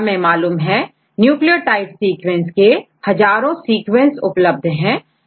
हमें मालूम है न्यूक्लियोटाइड सीक्वेंस के हजारों सीक्वेंस उपलब्ध है